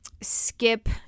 skip